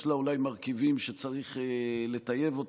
יש לה אולי מרכיבים שצריך לטייב,